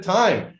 time